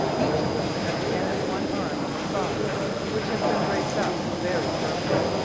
each of them at the end of one arm of a cross which has been braced up very firmly.